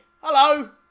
Hello